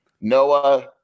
Noah